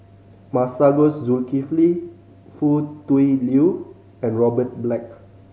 Masagos Zulkifli Foo Tui Liew and Robert Black